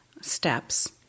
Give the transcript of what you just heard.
steps